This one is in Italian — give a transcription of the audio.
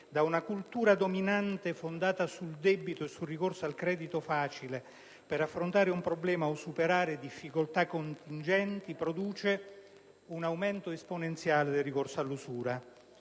da una cultura dominante fondata sul debito e sul ricorso al credito facile per affrontare un problema o superare difficoltà contingenti, produce un aumento esponenziale del ricorso all'usura.